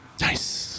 nice